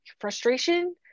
frustration